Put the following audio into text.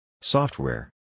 Software